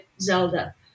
Zelda